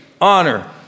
honor